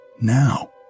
now